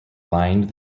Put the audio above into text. lined